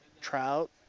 trout